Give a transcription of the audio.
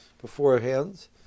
beforehand